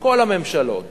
כל הממשלות